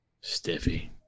stiffy